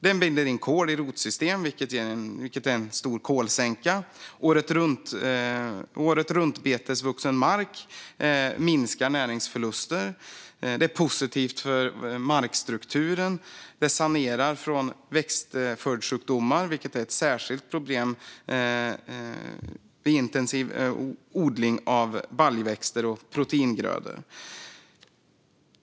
Det binder in kol i rotsystem, vilket är en stor kolsänka. Mark med åretruntbete minskar näringsförluster. Det är positivt för markstrukturen, och det sanerar från växtföljdssjukdomar, vilket är ett särskilt problem vid intensiv odling av baljväxter och proteingrödor.